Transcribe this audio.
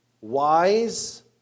wise